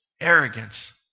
arrogance